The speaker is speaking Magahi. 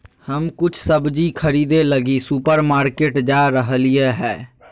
हम कुछ सब्जि खरीदे लगी सुपरमार्केट जा रहलियो हें